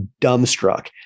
dumbstruck